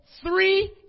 three